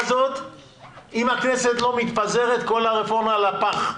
אם הכנסת לא מתפזרת, כל הרפורמה לפח.